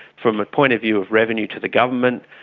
from a point of view of revenue to the government,